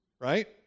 right